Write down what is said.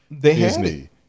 Disney